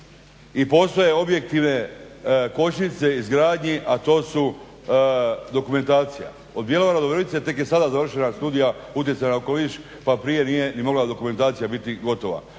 I postoje objektivne kočnice izgradnji, a to su dokumentacija. Od Bjelovara do Virovitice tek je sada završena studija utjecaja na okoliš pa prije nije ni mogla dokumentacija biti gotova.